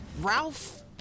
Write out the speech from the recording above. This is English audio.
Ralph